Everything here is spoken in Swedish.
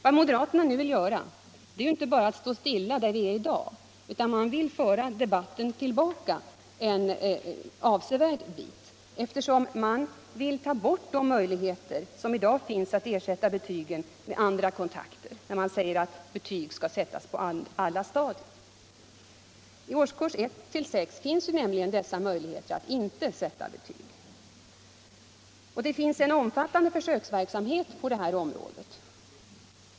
Vad moderaterna vill göra är inte bara att stå stilla där vi i dag är utan föra debatten tillbaka en avsevärd bit, eftersom de vill ta bort de möjligheter som i dag finns att ersätta betygen med andra kontakter — de säger att betyg skall sättas på alla stadier. I årskurserna 1-6 finns i dag nämligen möjlighet att inte sätta betyg. Det finns också en omfattande försöksverksamhet på detta område.